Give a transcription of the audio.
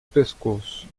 pescoço